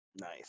nice